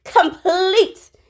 complete